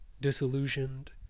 disillusioned